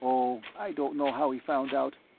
oh, i don't know how he found out,